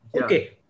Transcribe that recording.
Okay